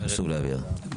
חשוב להבהיר.